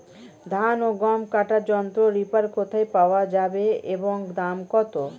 ধান ও গম কাটার যন্ত্র রিপার কোথায় পাওয়া যাবে এবং দাম কত?